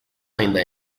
ayında